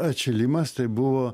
atšilimas tai buvo